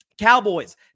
Cowboys